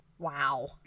Wow